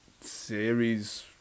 series